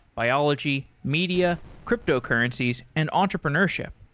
biology, media, cryptocurrencies and entrepreneurship.